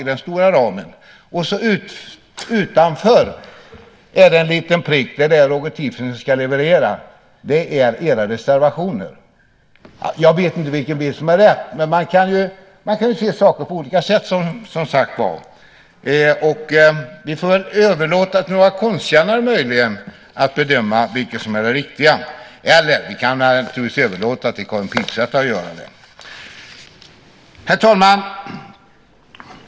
Utanför finns det en liten fyrkant - det som Roger Tiefensee ska leverera - och det är era reservationer. Jag vet inte vilken bild som är rätt. Man kan, som sagt, se saker och ting på olika sätt. Möjligen får vi överlåta till några konstkännare att bedöma vad som är det riktiga, eller också kan vi naturligtvis överlåta till Karin Pilsäter att göra det. Herr talman!